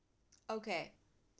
okay